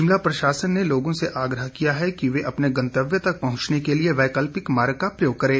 शिमला प्रशासन ने लोगों से आग्रह किया है कि वे अपने गंतव्य तक पहुंचने के लिए वैकल्पिक मार्ग का प्रयोग करें